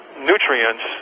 nutrients